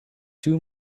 two